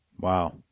Wow